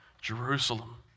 Jerusalem